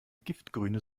giftgrüne